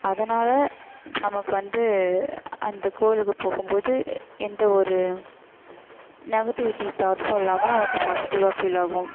அதனால் நமக்கு வந்து அந்த கோயிலுக்கு போகும் போது எந்த ஒரு நெகட்டிவிட்டி தாட்ஸும் இல்லாமல் நமக்கு பாசிட்டிவாக ஃபீல் ஆகும்